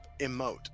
emote